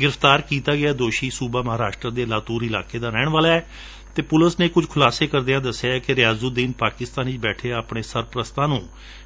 ਗ੍ਰਿਫ਼ਤਾਰ ਕੀਤਾ ਗਿਆ ਦੋਸ਼ੀ ਸੂਬਾ ਮਹਾਂਰਾਸ਼ਟਰਾ ਦੇ ਲਾਤੂਰ ਇਲਾਕੇ ਦਾ ਰਹਿਣ ਵਾਲਾ ਏ ਅਤੇ ਪੁਲਿਸ ਨੇ ਕੁਝ ਖੁਲਾਸੇ ਕਰਦਿਆ ਦਸਿਐ ਕਿ ਰਿਆਜੁਦੀਨ ਪਾਕਿਸਤਾਨ ਵਿਚ ਬੈਠੇ ਆਪਣੇ ਸਰਪ੍ਸਤਾਂ ਨੂੰ